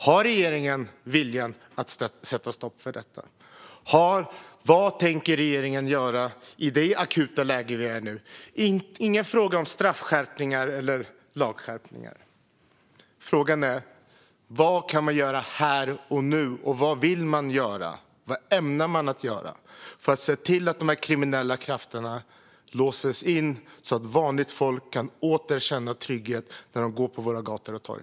Har regeringen viljan att sätta stopp för detta? Vad tänker regeringen göra i det akuta läge vi är i nu? Detta är inga frågor om straffskärpningar eller lagskärpningar. Frågan är vad man kan göra här och nu och vad man vill göra, vad man ämnar göra, för att se till att dessa kriminella krafter låses in så att vanligt folk åter kan känna trygghet när de går på våra gator och torg.